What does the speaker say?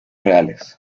reales